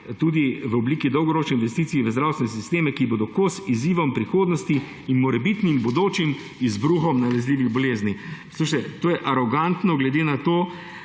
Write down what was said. tudi v obliki dolgoročnih investicij v zdravstvene sisteme, ki bodo kos izzivom prihodnosti in morebitnim bodočim izbruhom nalezljivih bolezni. Poslušajte, to je arogantno, glede na to,